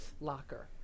locker